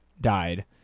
died